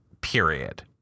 Period